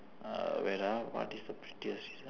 uh wait ah what is the pettiest